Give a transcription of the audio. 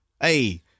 Hey